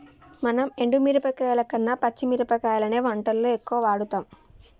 మనం ఎండు మిరపకాయల కన్న పచ్చి మిరపకాయలనే వంటల్లో ఎక్కువుగా వాడుతాం